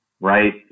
right